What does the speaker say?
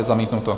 Zamítnuto.